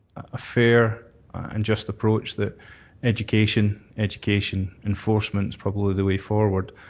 a fair and just approach that education, education, enforcement is probably the way forward.